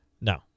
No